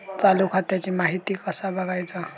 चालू खात्याची माहिती कसा बगायचा?